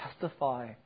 testify